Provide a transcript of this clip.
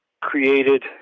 created